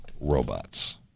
robots